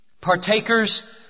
partakers